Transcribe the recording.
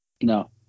no